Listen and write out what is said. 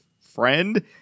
friend